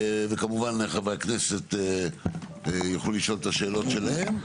וחברי הכנסת כמובן יוכלו לשאול שאלותיהם.